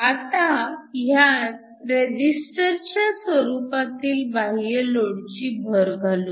आता ह्यात रेजिस्टरच्या स्वरूपातील बाह्य लोडची भर घालू